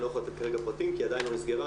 אני לא יכול לתת כרגע פרטים כי היא עדיין לא נסגרה.